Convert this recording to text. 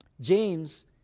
James